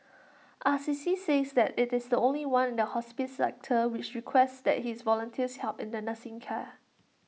Assisi says that IT is the only one in the hospice sector which requests that its volunteers help in the nursing care